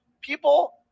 People